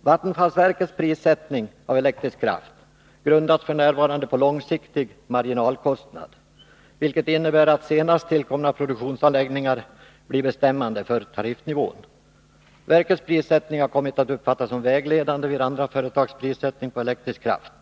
”Vattenfallsverkets prissättning av elektrisk kraft grundas f.n. på långsiktig marginalkostnad, vilket innebär att senast tillkomna produktionsanläggningar blir bestämmande för tariffnivån. Verkets prissättning har kommit att uppfattas som vägledande vid andra företags prissättning på elektrisk kraft.